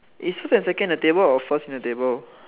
eh so that's second in the table or first in the table